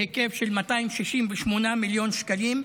בהיקף של 268 מיליון שקלים,